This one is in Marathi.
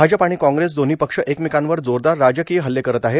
भाजप आणि कॉग्रेस दोन्ही पक्ष एकमेकांवर जोरदार राजकीय हल्ले करत आहेत